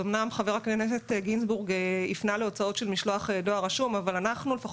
אמנם חבר הכנסת גינזבורג הפנה להוצאות של משלוח דואר רשום אבל לפחות